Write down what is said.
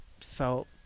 felt